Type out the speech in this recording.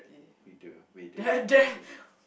we do we do we did